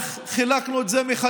איך חילקנו את זה מחדש,